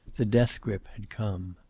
the death-grip had come.